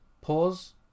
pause